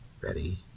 Ready